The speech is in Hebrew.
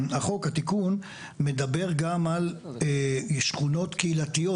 התיקון מדבר גם על שכונות קהילתיות.